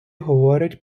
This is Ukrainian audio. говорять